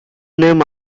named